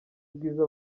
ubwiza